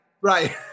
Right